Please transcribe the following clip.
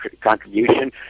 contribution